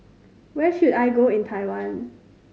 where should I go in Taiwan